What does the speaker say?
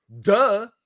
duh